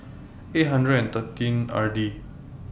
eight hundred and thirteen R D